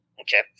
Okay